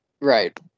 Right